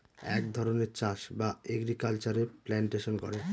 এক ধরনের চাষ বা এগ্রিকালচারে প্লান্টেশন করে